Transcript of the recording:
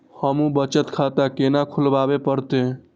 हमू बचत खाता केना खुलाबे परतें?